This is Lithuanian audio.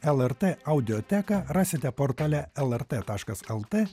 lrt audioteka rasite portale lrt taškas el t